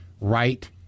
right